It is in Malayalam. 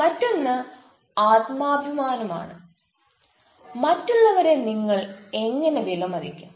മറ്റൊന്ന് ആത്മാഭിമാനമാണ് മറ്റുള്ളവരെ നിങ്ങൾ എങ്ങനെ വിലമതിക്കും